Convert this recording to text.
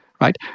right